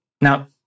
Now